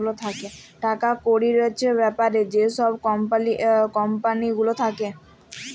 টাকা কড়ির ব্যাপারে যে ছব কম্পালি গুলা থ্যাকে